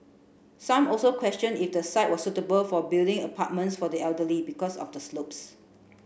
some also questioned if the site was suitable for building apartments for the elderly because of the slopes